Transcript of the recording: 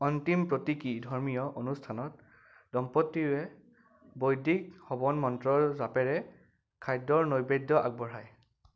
অন্তিম প্ৰতীকী ধৰ্মীয় অনুষ্ঠানত দম্পতীৰে বৈদিক হৱন মন্ত্ৰৰ জাপেৰে খাদ্যৰ নৈবেদ্য আগবঢ়ায়